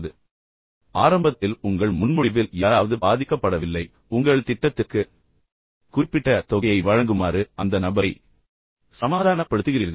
எனவே ஆரம்பத்தில் உங்கள் முன்மொழிவில் யாராவது பாதிக்கப்படவில்லை ஆனால் உங்கள் திட்டத்திற்கு குறிப்பிட்ட தொகையை வழங்குமாறு அந்த நபரை நீங்கள் சமாதானப்படுத்துகிறீர்கள்